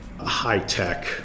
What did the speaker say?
high-tech